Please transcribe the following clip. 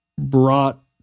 brought